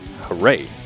hooray